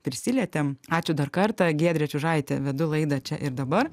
prisilietėm ačiū dar kartą giedrė čiužaitė vedu laidą čia ir dabar